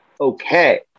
okay